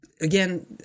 Again